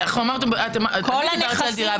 אני דיברתי על דירה,